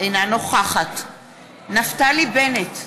אינה נוכחת נפתלי בנט,